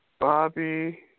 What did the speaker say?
Bobby